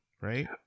Right